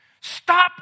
Stop